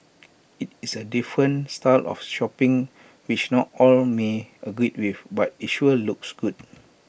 IT is A different style of shopping which not all may agree with but IT sure looks good